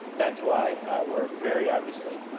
that's why we're very obviously